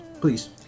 Please